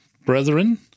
Brethren